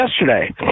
yesterday